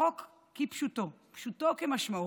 החוק, פשוטו כמשמעו,